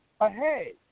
ahead